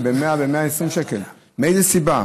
מאיזו סיבה?